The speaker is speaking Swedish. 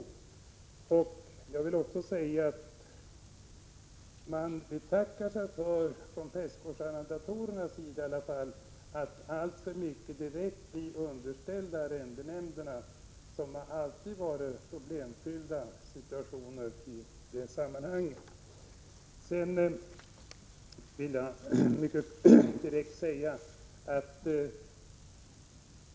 Jag vill också säga att man i varje fall från prästgårdsarrendatorernas sida betackar sig för att bli direkt underställda arrendenämnderna. I det sammanhanget har alltid problemfyllda situationer uppstått.